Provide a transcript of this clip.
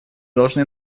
должны